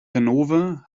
ganove